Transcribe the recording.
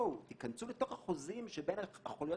היא אומרת: תיכנסו לתוך החוזים שבין החוליות